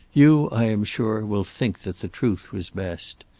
you, i am sure, will think that the truth was best.